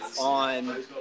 on